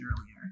earlier